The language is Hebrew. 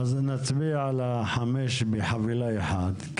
אז נצביע על החמש בחבילה אחת,